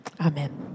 Amen